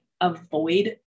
avoid